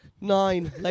Nine